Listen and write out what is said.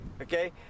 Okay